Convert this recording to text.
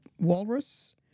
Walrus